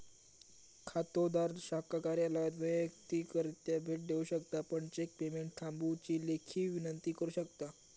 खातोदार शाखा कार्यालयात वैयक्तिकरित्या भेट देऊ शकता आणि चेक पेमेंट थांबवुची लेखी विनंती करू शकता